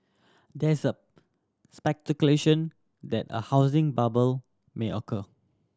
there is a speculation that a housing bubble may occur